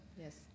Yes